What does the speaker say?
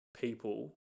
people